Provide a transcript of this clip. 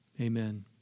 Amen